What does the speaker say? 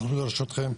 אנחנו לרשותכם.